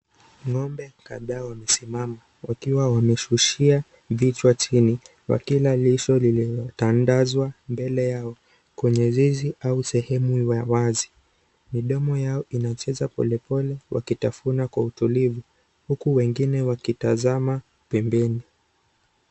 Ng'ombe kadhaa wamesimama, wakiwa wamesusia vichwa chini wakila lisho lililotandazwa mbele yao, kwenye zizi au sehemu ya wazi, midomo yao inacheza polepole waktafuna kwa utulivu, huku wengine wakitazama pembeni.